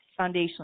foundationally